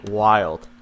wild